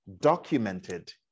documented